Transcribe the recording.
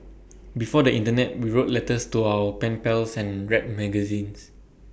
before the Internet we wrote letters to our pen pals and read magazines